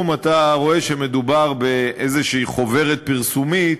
אתה רואה שמדובר באיזו חוברת פרסומית,